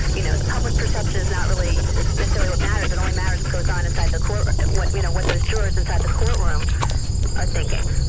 you know the public perception is not really necessarily what matters, it only matters what goes on inside the court, what you know what those jurors inside the court room are thinking.